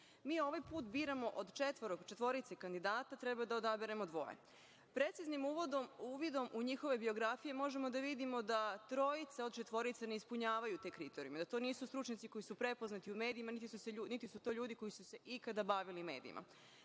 Mi ovaj put od četvorice kandidata treba da odaberemo dvoje. Preciznim uvidom u njihove biografije možemo da vidimo da trojica od četvorice ne ispunjavaju te kriterijume, da to nisu stručnjaci koji su prepoznati u medijima, nit su to ljudi koji su se ikada bavili medijima. Ne